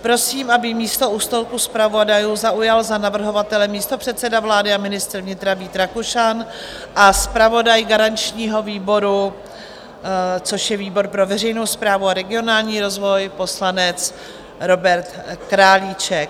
Prosím, aby místo u stolku zpravodajů zaujal za navrhovatele místopředseda vlády a ministr vnitra Vít Rakušan a zpravodaj garančního výboru, což je výbor pro veřejnou správu a regionální rozvoj, poslanec Robert Králíček.